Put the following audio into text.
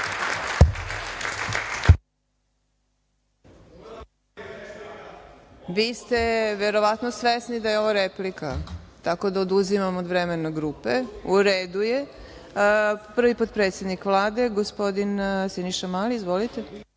Vi ste verovatno svesni da je ovo replika tako da vam oduzimam od vremena grupe. Prvi potpredsednik Vlade, gospodine Siniša Mali. Izvolite.